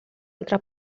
altra